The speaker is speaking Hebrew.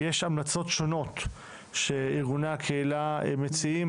יש המלצות שונות ארגוני הקהילה מציעים,